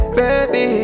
baby